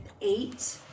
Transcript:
eight